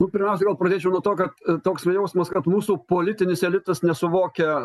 nu pirmiausiai gal pradėčiau nuo to kad toks na jausmas kad mūsų politinis elitas nesuvokia